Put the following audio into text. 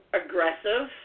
aggressive